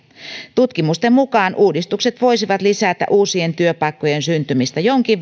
tutkimusten mukaan uudistukset voisivat lisätä uusien työpaikkojen syntymistä jonkin